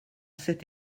cet